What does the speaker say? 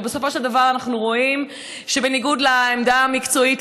ובסופו של דבר אנחנו רואים שבניגוד לעמדה המקצועית,